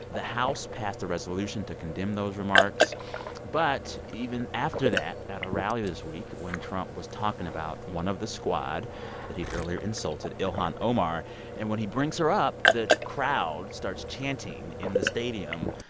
the house passed a resolution to condemn those remarks but even after that, at a rally this week, when trump was talking about one of the squad that he'd earlier insulted, ilhan omar and when he brings her up, the crowd starts chanting in the stadium,